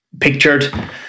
pictured